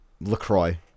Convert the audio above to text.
LaCroix